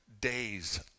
days